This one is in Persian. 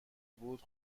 بود